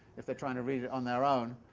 if they're trying to read it on their own,